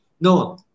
No